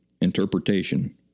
interpretation